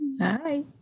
Hi